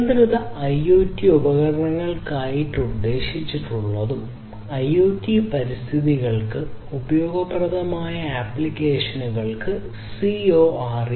നിയന്ത്രിത IoT ഉപകരണങ്ങൾക്കായി ഉദ്ദേശിച്ചിട്ടുള്ളതും IoT പരിതസ്ഥിതികൾക്ക് ഉപയോഗപ്രദവുമായ ആപ്ലിക്കേഷനുകൾക്ക് CoRE ഒരു പ്ലാറ്റ്ഫോം നൽകുന്നു